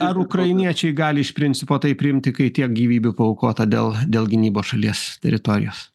ar ukrainiečiai gali iš principo tai priimti kai tiek gyvybių paaukota dėl dėl gynybos šalies teritorijos